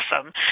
awesome